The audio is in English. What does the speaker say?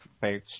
page